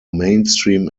mainstream